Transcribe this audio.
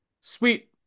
Sweet